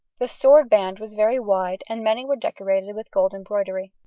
the sword-band was very wide, and many were decorated with gold embroidery.